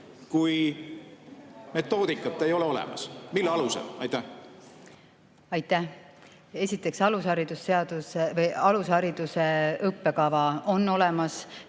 kui metoodikat ei ole olemas? Mille alusel? Aitäh! Esiteks, alushariduse õppekava on olemas.